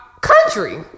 country